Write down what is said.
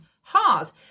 hard